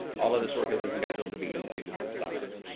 all of this work has been scheduled to be completed this summer.